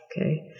Okay